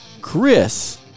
Chris